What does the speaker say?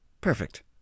Perfect